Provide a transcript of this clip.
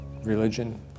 religion